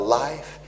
life